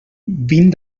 vint